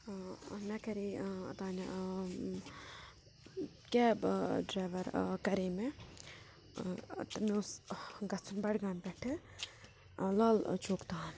ٲں مےٚ کَرے اوٚتانۍ ٲں کیب ڈَرٛاوَر کَرے مےٚ ٲں تہٕ مےٚ اوس گَژھُن بڈگامہِ پؠٹھ ٲں لال چوک تام